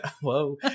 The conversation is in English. whoa